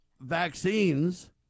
vaccines